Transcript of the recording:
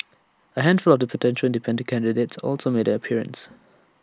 A handful of potential independent candidates also made an appearance